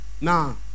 Now